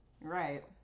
right